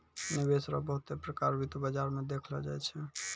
निवेश रो बहुते प्रकार वित्त बाजार मे देखलो जाय छै